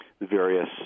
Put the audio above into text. various